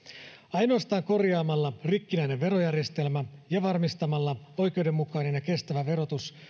ainoastaan korjaamalla rikkinäinen verojärjestelmä ja varmistamalla oikeudenmukainen ja kestävä verotus